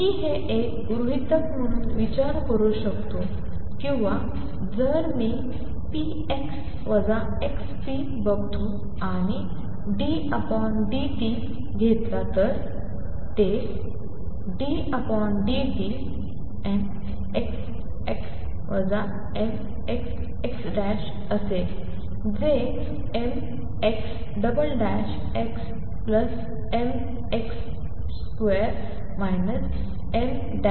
मी हे एक गृहितक म्हणून विचार करू शकतो किंवा जर मी px xp बघतो आणि d d t घेतला तर तेddt असेल जे mxxmx2 mx2 mxx